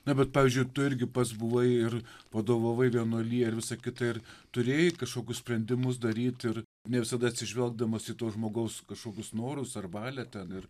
na bet pavyzdžiui tu irgi pats buvai ir vadovavai vienuolijai ir visa kita ir turėjai kažkokius sprendimus daryti ir ne visada atsižvelgdamas į to žmogaus kažkokius norus ar valią ten ir